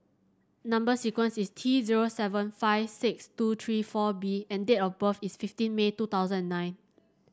number sequence is T zero seven five six two three four B and date of birth is fifteen May two thousand and nine